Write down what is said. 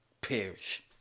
perish